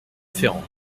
ferrand